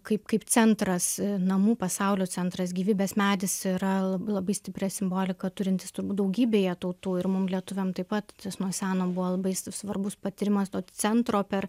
kaip kaip centras namų pasaulio centras gyvybės medis yra la labai stiprią simboliką turintis turbūt daugybėje tautų ir mum lietuviam taip pat nuo seno buvo labai s svarbus patyrimas to centro per